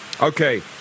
Okay